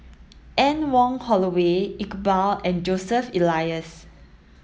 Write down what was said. Anne Wong Holloway Iqbal and Joseph Elias